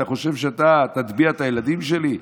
אתה חושב שאתה תטביע את הילדים שלי,